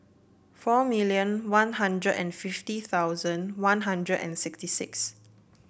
four million One Hundred and fifty thousand One Hundred and sixty six